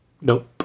Nope